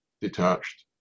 detached